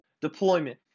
deployment